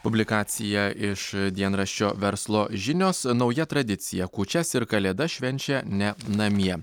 publikacija iš dienraščio verslo žinios nauja tradicija kūčias ir kalėdas švenčia ne namie